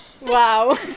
Wow